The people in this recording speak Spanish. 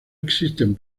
existen